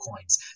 coins